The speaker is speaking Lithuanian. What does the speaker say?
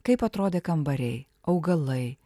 kaip atrodė kambariai augalai